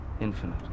infinite